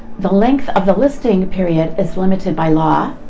the length of the listing period is limited by law,